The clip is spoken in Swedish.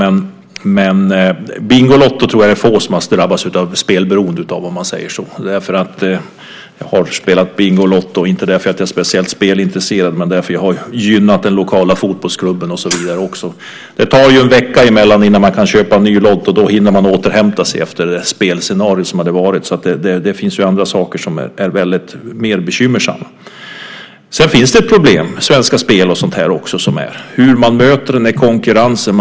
Jag tror att det är få som har drabbats av spelberoende när de har spelat Bingolotto, om man säger så. Jag har själv spelat Bingolotto - inte för att jag är speciellt spelintresserad utan för att jag har gynnat den lokala fotbollsklubben och så vidare. Det tar ju en vecka innan man kan köpa en ny lott, och då hinner man återhämta sig efter det spelscenario som varit. Det finns andra saker som är väldigt mycket mer bekymmersamma. Sedan finns det problem också med Svenska Spel. Det gäller hur man möter den här konkurrensen.